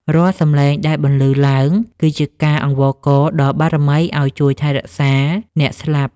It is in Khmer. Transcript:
រាល់សំឡេងដែលបន្លឺឡើង គឺជាការអង្វរករដល់បារមីឱ្យជួយថែរក្សាអ្នកស្លាប់។